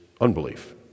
unbelief